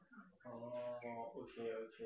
orh oh okay okay